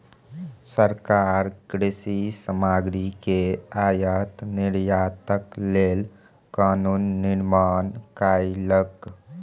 सरकार कृषि सामग्री के आयात निर्यातक लेल कानून निर्माण कयलक